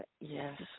Yes